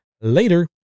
later